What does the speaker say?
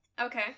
okay